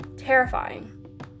Terrifying